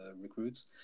recruits